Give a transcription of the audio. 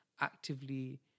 actively